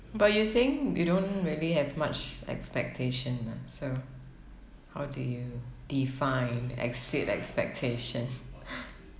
but you're saying you don't really have much expectation lah so how do you define exceed expectation